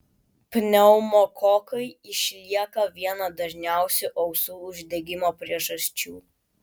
pneumokokai išlieka viena dažniausių ausų uždegimo priežasčių